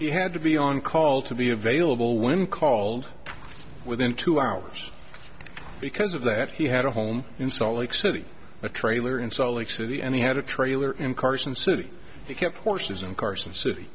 he had to be on call to be available when called within two hours because of that he had a home in salt lake city a trailer in salt lake city and he had a trailer in carson city he kept horses in carson city